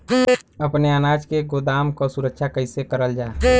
अपने अनाज के गोदाम क सुरक्षा कइसे करल जा?